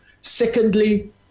Secondly